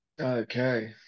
okay